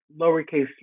lowercase